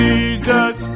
Jesus